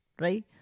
right